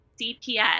CPS